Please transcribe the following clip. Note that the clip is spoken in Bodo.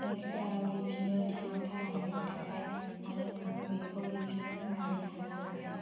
नेक्स्ट याराव लिरफिन्नो थिरांथा लानानै थाबाय आरो आङो बेखौ लिरफिनगोन होन्नानै सान्नानै लाबाय